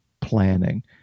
planning